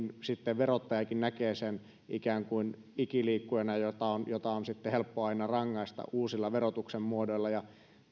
verottajakin näkee sen ikään kuin ikiliikkujana jota on jota on helppo aina rangaista uusilla verotuksen muodoilla